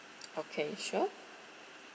okay sure